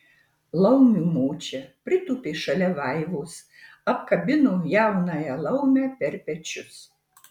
laumių močia pritūpė šalia vaivos apkabino jaunąją laumę per pečius